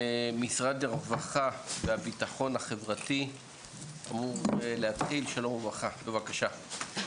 משרד הרווחה והביטחון החברתי אמור להתחיל, בבקשה.